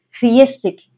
theistic